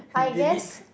delete